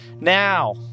now